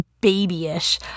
babyish